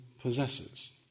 possesses